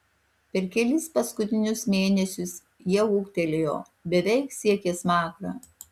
per kelis paskutinius mėnesius jie ūgtelėjo beveik siekė smakrą